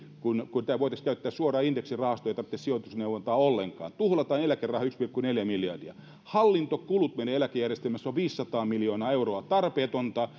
kun tämä voitaisi käyttää suoraan indeksirahastoon ei tarvitse sijoitusneuvontaa ollenkaan tuhlataan eläkerahoja yksi pilkku neljä miljardia hallintokulut meidän eläkejärjestelmässä ovat viisisataa miljoonaa euroa tarpeetonta